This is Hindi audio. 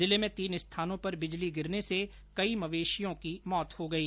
जिले में तीन स्थानों पर बिजली गिरने से कई मवेशियों की मौत हो गई